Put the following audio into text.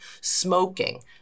smoking